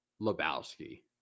Lebowski